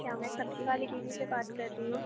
क्या मैं सब्जी वाली दीदी से बात कर रही हूँ